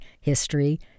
history